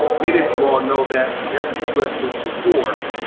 and many of you all know that whenever the u s. went to war,